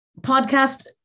podcast